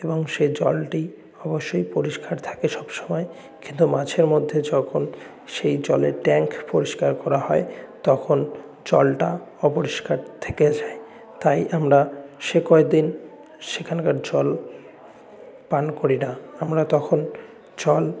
এবং সে জলটি অবশ্যই পরিষ্কার থাকে সবসময় কিন্তু মাঝেমধ্যে যখন সেই জলের ট্যাঙ্ক পরিষ্কার করা হয় তখন জলটা অপরিষ্কার থেকে যায় তাই আমরা সে কয়দিন সেখানকার জল পান করি না আমরা তখন জল